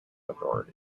authority